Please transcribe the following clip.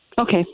Okay